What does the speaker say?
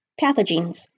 pathogens